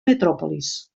metròpolis